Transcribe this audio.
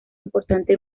importante